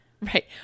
Right